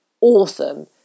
awesome